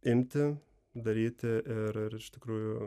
imti daryti ir ir iš tikrųjų